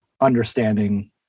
understanding